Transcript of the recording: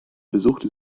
besuchte